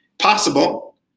possible